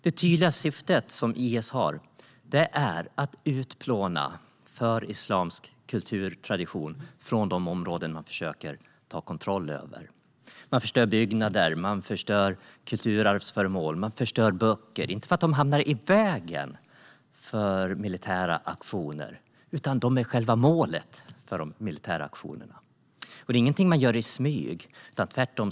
IS tydliga syfte är att utplåna förislamisk kulturtradition från de områden man försöker ta kontroll över. Man förstör byggnader, kulturarvsföremål och böcker - inte för att de hamnar i vägen för militära aktioner, utan de är själva målet för aktionerna. Detta är inget man gör i smyg, tvärtom.